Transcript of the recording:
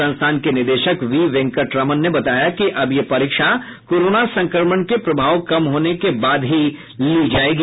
संस्थान के निदेशक वी वेंकेटरमन ने बताया कि अब यह परीक्षा कोरोना संक्रमण के प्रभाव कम होने के बाद ही ली जायेगी